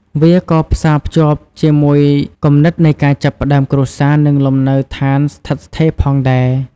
វាក៏ផ្សាភ្ជាប់ជាមួយគំនិតនៃការចាប់ផ្ដើមគ្រួសារ និងលំនៅស្ថានស្ថិតស្ថេរផងដែរ។